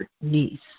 niece